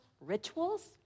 rituals